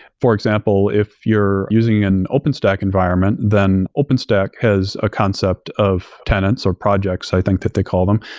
for example, if you're using an openstack environment, then openstack has a concept of tenants or projects, i think that they call them.